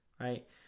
Right